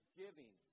giving